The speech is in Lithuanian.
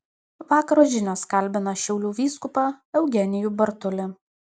vakaro žinios kalbina šiaulių vyskupą eugenijų bartulį